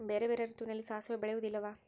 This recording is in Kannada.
ಬೇರೆ ಬೇರೆ ಋತುವಿನಲ್ಲಿ ಸಾಸಿವೆ ಬೆಳೆಯುವುದಿಲ್ಲವಾ?